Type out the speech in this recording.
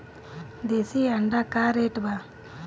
देशी अंडा का रेट बा?